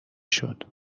شود